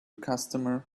customer